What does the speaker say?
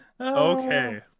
Okay